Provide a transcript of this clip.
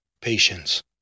patience